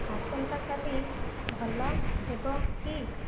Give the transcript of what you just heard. ଆସନ୍ତାକାଲି ଭଲ ହେବ କି